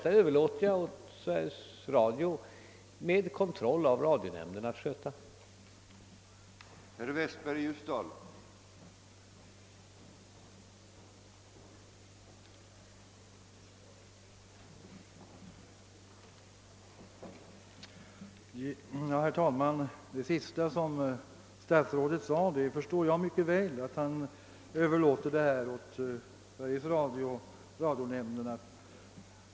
Jag överlåter som sagt åt Sveriges Radio att under kontroll av radionämnden sköta dessa saker.